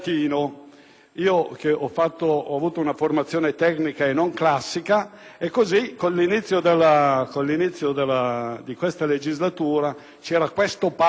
io avuto una formazione tecnica e non classica. Così, con l'inizio di questa legislatura, avevamo fatto